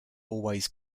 always